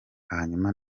hanyuma